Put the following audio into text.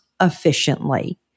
efficiently